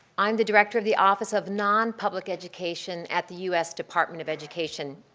i am the director of the office of nonpublic education at the u s. department of education.